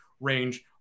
range